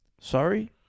Sorry